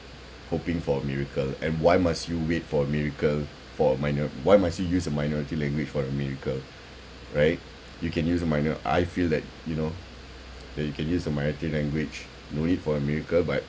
hoping for a miracle and why must you wait for a miracle for a minor~ why must you use a minority language for a miracle right you can use the minor~ I feel that you know that you can use a minority language no need for a miracle but